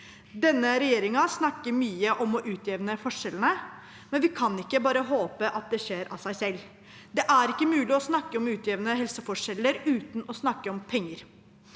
Denne regjeringen snakker mye om å utjevne forskjellene, men vi kan ikke bare håpe at det skjer av seg selv. Det er ikke mulig å snakke om å utjevne helseforskjeller uten å snakke om penger.